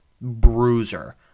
bruiser